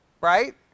right